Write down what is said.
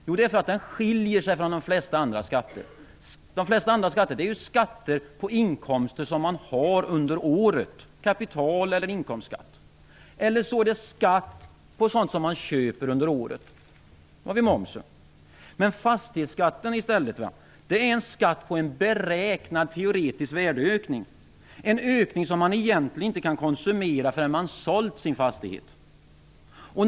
Jo, det beror på att den skiljer sig från de flesta andra skatter. Dessa är ju skatter på inkomster som man har under året - kapital eller inkomstskatt - eller också skatt på sådant som man köper under året, dvs. moms. Fastighetsskatten däremot är en skatt på en beräknad, teoretisk värdeökning, en ökning som man egentligen inte kan konsumera för förrän man sålt sin fastighet.